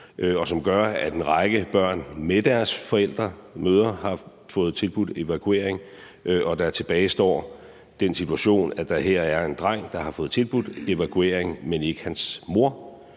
og som gør, at en række børn med deres forældre, mødre, har fået tilbudt evakuering. Tilbage står den situation, at der her er en dreng, der har fået tilbudt evakuering, men ikke hans mor.